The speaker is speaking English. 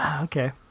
Okay